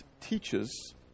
teaches